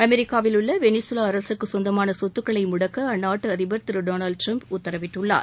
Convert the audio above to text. அமெரிக்காவில் உள்ள வெளிசூலா அரசுக்கு சொந்தமான சொத்துக்களை முடக்க அற்நாட்டு அதிபர் டொனால்ட் ட்ரம்ப் உத்தரவிட்டுள்ளார்